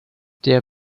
their